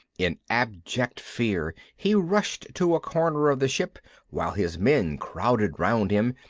in abject fear he rushed to a corner of the ship while his men crowded round him,